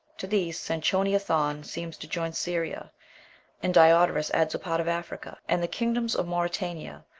to these sanchoniathon seems to join syria and diodorus adds a part of africa, and the kingdoms of mauritania.